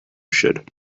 should